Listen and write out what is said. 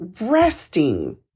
resting